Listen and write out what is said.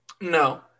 No